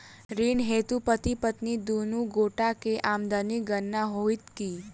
ऋण हेतु पति पत्नी दुनू गोटा केँ आमदनीक गणना होइत की?